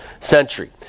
century